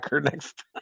next